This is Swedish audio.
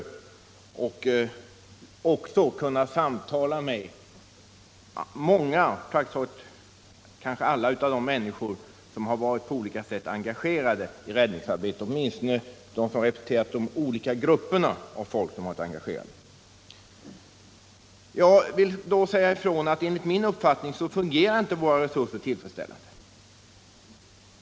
Jag har också kunnat samtala med praktiskt taget alla de människor som på olika sätt varit engagerade i räddningsarbetet eller åtminstone med dem som kan anses representera alla de olika grupperna, och jag vill säga ifrån att våra resurser enligt min uppfattning inte fungerar tillfredsställande.